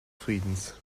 friedens